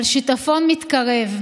על שיטפון מתקרב,